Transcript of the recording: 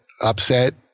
upset